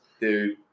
Dude